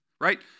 right